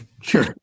sure